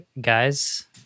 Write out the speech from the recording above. guys